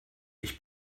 ich